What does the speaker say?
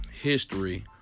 history